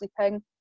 sleeping